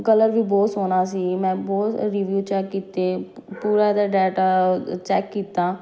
colour ਵੀ ਬਹੁਤ ਸੋਹਣਾ ਸੀ ਮੈਂ ਬਹੁਤ ਰਿਵਿਊ ਚੈੱਕ ਕੀਤੇ ਪੂਰਾ ਇਹਦਾ ਡਾਟਾ ਚੈੱਕ ਕੀਤਾ